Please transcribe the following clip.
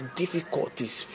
difficulties